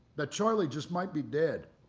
that charlie just might be dead.